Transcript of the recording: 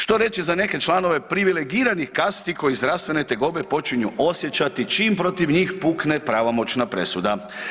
Što reći za neke članove privilegiranih kasti koje zdravstvene tegobe počinju osjećati čim protiv njih pukne pravomoćna presuda.